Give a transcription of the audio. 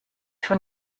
von